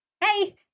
hey